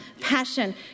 passion